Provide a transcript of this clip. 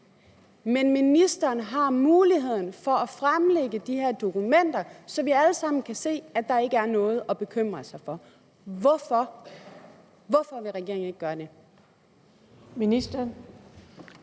Men ministeren har mulighed for at fremlægge de her dokumenter, så vi alle sammen kan se, at der ikke er noget at bekymre sig for. Hvorfor vil regeringen ikke gøre det?